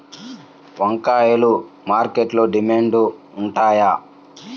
వంకాయలు మార్కెట్లో డిమాండ్ ఉంటాయా?